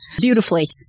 beautifully